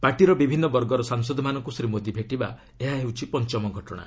ପାର୍ଟିର ବିଭିନ୍ନ ବର୍ଗର ସାଂସଦମାନଙ୍କୁ ଶ୍ରୀ ମୋଦି ଭେଟିବା ଏହା ହେଉଛି ପଞ୍ଚମ ଘଟଣା